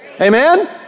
Amen